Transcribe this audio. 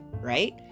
Right